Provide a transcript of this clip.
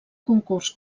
concurs